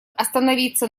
остановиться